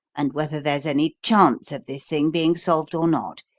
and whether there's any chance of this thing being solved or not.